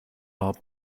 our